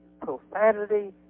profanity